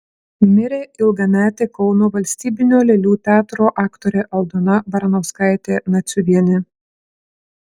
mirė ilgametė kauno valstybinio lėlių teatro aktorė aldona baranauskaitė naciuvienė